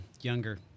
younger